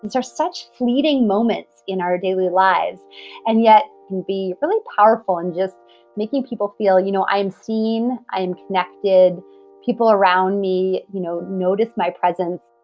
and are such fleeting moments in our daily lives and yet can be really powerful in just making people feel, you know, i am seen i am connected people around me, you know, notice my presence